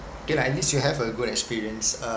okay lah at least you have a good experience uh